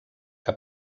que